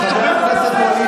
לכולם אני אומר בבקשה.